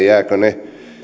jäävätkö ne